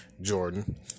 Jordan